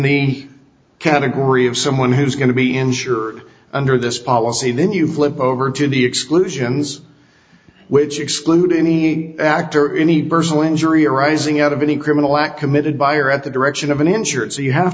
the category of someone who's going to be insured under this policy then you flip over to the exclusions which exclude any actor any personal injury arising out of any criminal act committed by or at the direction of an insurance so you have